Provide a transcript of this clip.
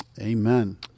Amen